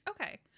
Okay